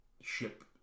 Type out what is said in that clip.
ship